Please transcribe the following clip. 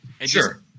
Sure